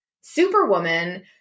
superwoman